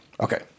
Okay